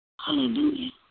Hallelujah